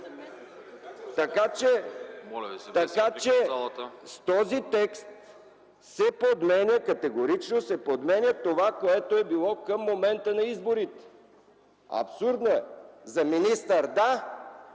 ГЕРБ.) С този текст категорично се подменя това, което е било към момента на изборите. Абсурдно е! За министър – да,